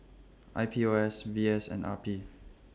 I P O S V S and R P